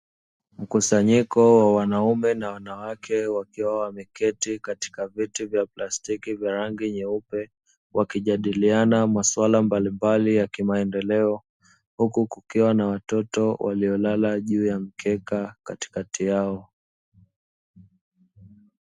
Mkusanyiko wa wanaume na wanawake wakiwa wameketi katika viti vya plastiki vya rangi nyeupe, wakijadiliana maswala mbalimbali yakimaendeleo, huku kukiwa na watoto waliolala juu ya mkeka katikati yao.